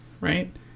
right